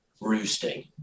roosting